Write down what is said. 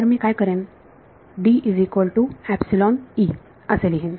तर मी काय करेन असे लिहिन